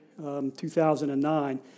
2009